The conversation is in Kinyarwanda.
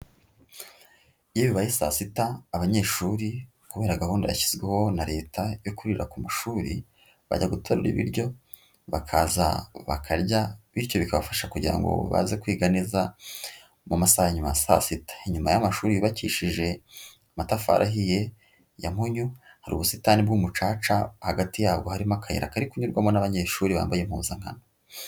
Iyo bibaye saa sita abanyeshuri kubera gahunda yashyizweho na Leta yo kurira ku mashuri, bajya guterura ibiryo bakaza bakarya, bityo bikabafasha kugira ngo baze kwiga neza mu masaha ya nyuma ya saa sita. Inyuma y'amashuri yubakishije amatafari ahiye ya mpunyu, hari ubusitani bw'umucaca hagati yabwo harimo akayira kari kunyurwamo n'abanyeshuri bambaye impuzankano.